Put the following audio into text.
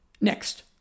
Next